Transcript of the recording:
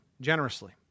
generously